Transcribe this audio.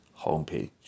homepage